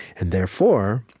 and therefore,